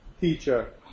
Teacher